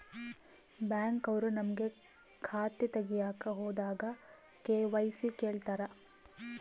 Bank ಅವ್ರು ನಮ್ಗೆ ಖಾತೆ ತಗಿಯಕ್ ಹೋದಾಗ ಕೆ.ವೈ.ಸಿ ಕೇಳ್ತಾರಾ?